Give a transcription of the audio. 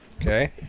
Okay